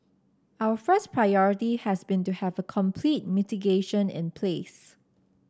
our first priority has been to have a complete mitigation in place